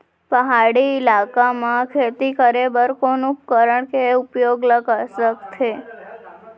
पहाड़ी इलाका म खेती करें बर कोन उपकरण के उपयोग ल सकथे?